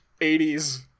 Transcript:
80s